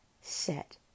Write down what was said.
set